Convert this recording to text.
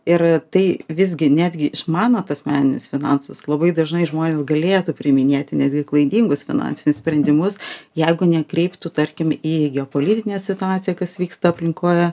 ir tai visgi netgi išmanot asmeninius finansus labai dažnai žmonės galėtų priiminėti netgi klaidingus finansinius sprendimus jeigu nekreiptų tarkim į geopolitinę situaciją kas vyksta aplinkoje